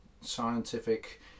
scientific